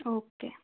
okay